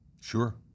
Sure